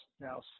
now